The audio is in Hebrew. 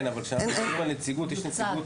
כן, אבל כשאנחנו מדברים על נציגות, יש נציגות